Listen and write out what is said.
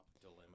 dilemma